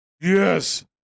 Yes